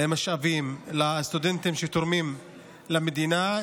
משאבים לסטודנטים שתורמים למדינה,